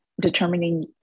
determining